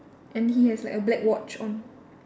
and he has like a black watch on